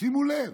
שימו לב.